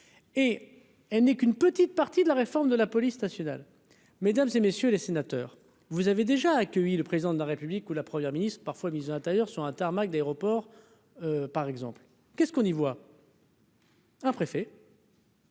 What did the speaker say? et elle n'est qu'une petite partie de la réforme de la police nationale, mesdames et messieurs les sénateurs, vous avez déjà accueilli. Le président de la République ou la première ministre parfois mise intérieur sur un tarmac d'aéroport par exemple qu'est-ce qu'on y voit. Pressé.